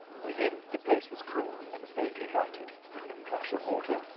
within, the place was cool and vaguely lighted, with the plash of water,